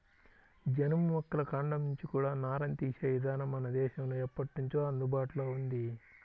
జనుము మొక్కల కాండం నుంచి కూడా నారని తీసే ఇదానం మన దేశంలో ఎప్పట్నుంచో అందుబాటులో ఉంది